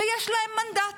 שיש להם מנדט.